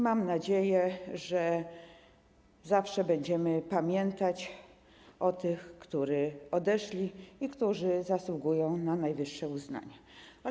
Mam nadzieję, że zawsze będziemy pamiętać o tych, którzy odeszli i którzy zasługują na najwyższe uznanie.